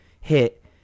hit